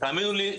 תאמינו לי,